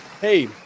Hey